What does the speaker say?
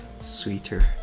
sweeter